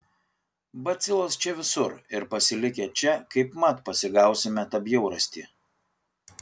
bacilos čia visur ir pasilikę čia kaip mat pasigausime tą bjaurastį